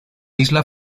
isla